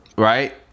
Right